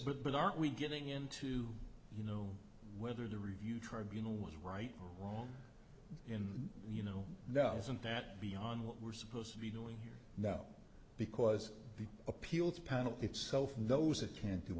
but but aren't we getting into you know whether the review tribunal was right or wrong in you know now isn't that beyond what we're supposed to be doing here now because the appeals panel itself knows it can't do